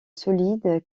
solide